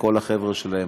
וכל החבר'ה שלהם.